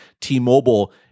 T-Mobile